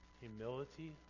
humility